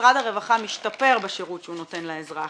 שמשרד הרווחה משתפר בשירות שהוא נותן לאזרח,